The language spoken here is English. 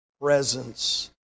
presence